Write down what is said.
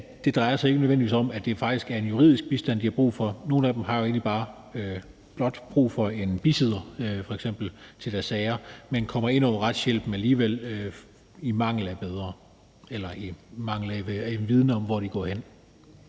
– drejer sig ikke nødvendigvis om, at det faktisk er juridisk bistand, de har brug for. Nogle af dem har jo egentlig blot brug for en bisidder f.eks. til deres sager, men kommer ind over retshjælpen alligevel i mangel af bedre eller i mangel af viden om, hvor de skal gå hen.